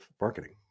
marketing